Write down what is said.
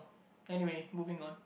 anyway moving on